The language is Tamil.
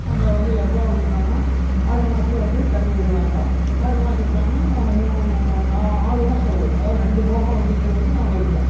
அந்த வந்து எப்போ அப்படினோம்னா ஆடி மாதத்துல வந்து தண்ணி விடுவாங்க ஆடி மாத விட்டாங்கன்னா மூ நான் ஆறுமாதம் வரும் அதாவது ரெண்டு போகம் அப்படிங்கிறது வந்து நாம எடுப்போம்